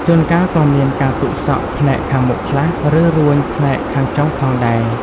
ជួនកាលក៏មានការទុកសក់ផ្នែកខាងមុខខ្លះ ឬរួញផ្នែកខាងចុងផងដែរ។